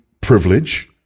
privilege